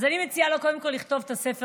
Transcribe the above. אז אני מציעה לו קודם כול לכתוב את הספר